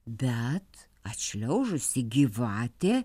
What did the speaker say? bet atšliaužusi gyvatė